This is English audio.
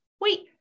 wait